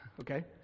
okay